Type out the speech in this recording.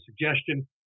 suggestion